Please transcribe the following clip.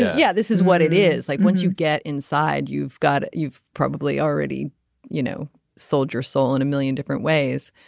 yeah this is what it is like once you get inside you've got. you've probably already you know sold your soul in a million different ways.